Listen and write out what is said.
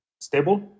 stable